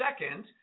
second